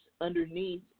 underneath